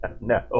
No